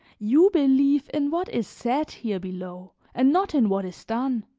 you believe in what is said here below and not in what is done.